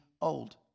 old